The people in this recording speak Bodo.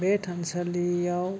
बे थानसालियाव